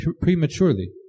prematurely